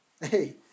Hey